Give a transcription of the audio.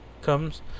comes